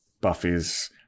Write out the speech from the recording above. Buffy's